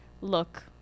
look